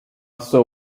saw